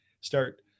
start